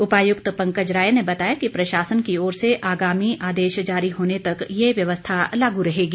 उपायुक्त पंकज राय ने बताया कि प्रशासन की ओर से आगामी आदेश जारी होने तक ये व्यवस्था लागू रहेगी